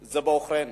זה בעוכרינו.